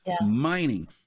mining